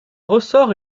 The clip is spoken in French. ressort